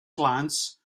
glance